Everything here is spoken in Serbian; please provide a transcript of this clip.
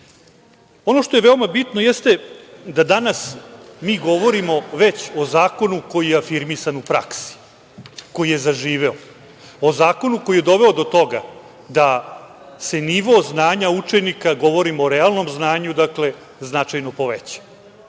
što je veoma bitno jeste da danas mi govorimo već o zakonu koji je afirmisan u praksi, koji je zaživeo, o zakonu koji je doveo do toga da se nivo znanja učenika, govorim o realnom znanju značajno poveća.